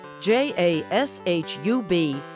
J-A-S-H-U-B